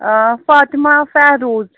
آ فاتِمہ فیروز